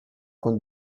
con